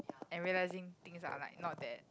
and realising things are like not that